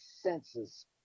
senses